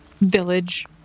village